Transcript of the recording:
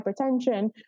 hypertension